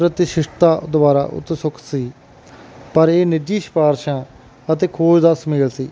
ਪ੍ਰਤੀਸ਼ਿਸ਼ਠਤਾ ਦੁਆਰਾ ਉਤਸੁਕ ਸੀ ਪਰ ਇਹ ਨਿੱਜੀ ਸਿਫਾਰਸ਼ਾਂ ਅਤੇ ਖੋਜ ਦਾ ਸੁਮੇਲ ਸੀ